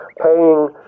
paying